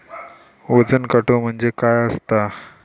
वजन काटो म्हणजे काय असता?